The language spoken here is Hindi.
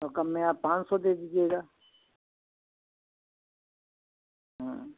तो कम में आप पाँच सौ दे दीजिएगा हाँ